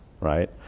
right